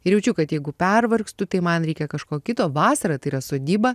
ir jaučiu kad jeigu pervargstu tai man reikia kažko kito vasarą tai yra sodyba